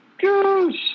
Goose